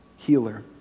healer